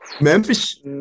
Memphis